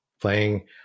playing